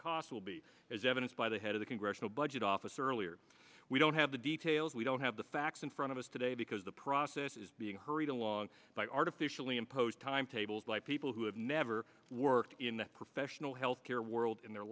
cost will be as evidenced by the head of the congressional budget office earlier we don't have the details we don't have the facts in front of us today because the process is being hurried along by artificially imposed timetables by people who have never worked in the professional health care world in their